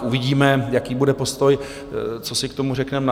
Uvidíme, jaký bude postoj, co si k tomu řekneme na HV.